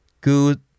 good